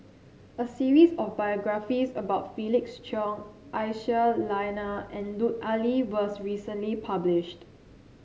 a series of biographies about Felix Cheong Aisyah Lyana and Lut Ali was recently published